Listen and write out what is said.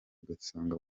ugasanga